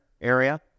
area